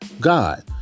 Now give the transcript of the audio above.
god